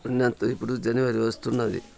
ఉన్నంత ఇప్పుడు జనవరి వస్తున్నది